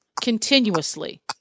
Continuously